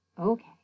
Okay